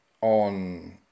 on